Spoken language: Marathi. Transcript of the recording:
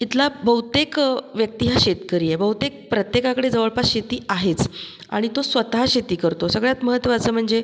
इथला बहुतेक व्यक्ती हा शेतकरी आहे बहुतेक प्रत्येकाकडे जवळपास शेती आहेच आणि तो स्वतः शेती करतो सगळ्यात महत्त्वाचं म्हणजे